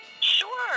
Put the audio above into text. Sure